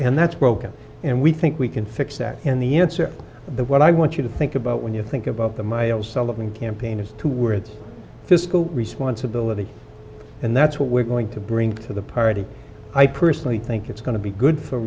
and that's broken and we think we can fix that and the answer the what i want you to think about when you think about the my o'sullivan campaign is two words fiscal responsibility and that's what we're going to bring to the party i personally think it's going to be good for